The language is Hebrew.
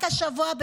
רק השבוע,